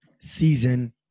season